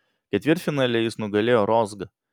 ketvirtfinalyje jis nugalėjo rozgą